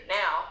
now